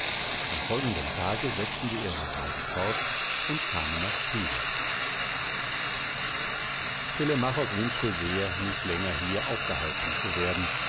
am folgenden tage setzten sie ihre reise fort und kamen nach pylos telemachos wünschte sehr nicht länger hier aufgehalten zu werden